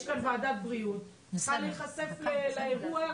יש כאן ועדת בריאות, אני רוצה להיחשף לאירוע.